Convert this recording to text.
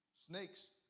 snakes